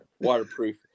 waterproof